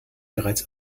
bereits